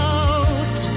out